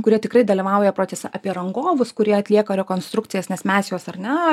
kurie tikrai dalyvauja procese apie rangovus kurie atlieka rekonstrukcijas nes mes juos ar ne